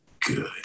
good